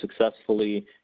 successfully